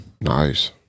nice